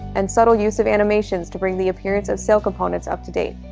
and subtle use of animations to bring the appearance of sail components up to date.